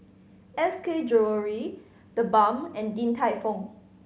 S K Jewellery TheBalm and Din Tai Fung